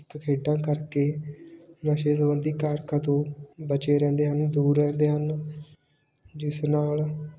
ਇੱਕ ਖੇਡਾਂ ਕਰਕੇ ਨਸ਼ੇ ਸੰਬੰਧੀ ਕਾਰਕਾ ਤੋਂ ਬਚੇ ਰਹਿੰਦੇ ਹਨ ਦੂਰ ਰਹਿੰਦੇ ਹਨ ਜਿਸ ਨਾਲ